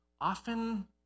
Often